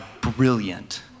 brilliant